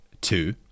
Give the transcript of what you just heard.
Two